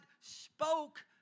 spoke